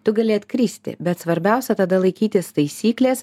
tu gali atkristi bet svarbiausia tada laikytis taisyklės